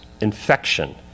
infection